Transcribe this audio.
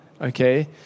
okay